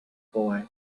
boy